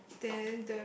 then the